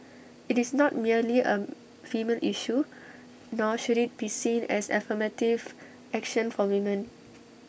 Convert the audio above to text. IT is not merely A female issue nor should IT be seen as affirmative action for women